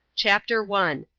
chapter one.